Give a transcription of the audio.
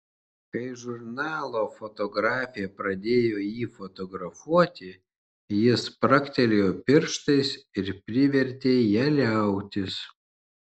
kai žurnalo fotografė pradėjo jį fotografuoti jis spragtelėjo pirštais ir privertė ją liautis